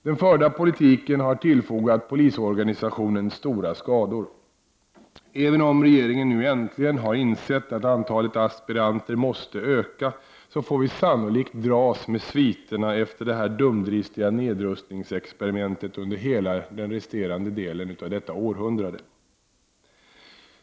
Den förda politiken har tillfogat polisorganisationen stora skador. Även om regeringen nu äntligen har insett att antalet aspiranter måste öka, får vi sannolikt dras med sviterna efter det här dumdristiga nedrustningsexperimentet under hela den resterande delen av detta århundrade.